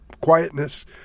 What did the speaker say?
quietness